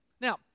Now